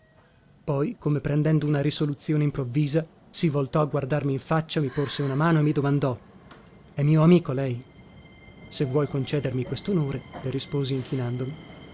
poi come prendendo una risoluzione improvvisa si voltò a guardarmi in faccia mi porse una mano e mi domandò è mio amico lei se vuol concedermi questonore le risposi inchinandomi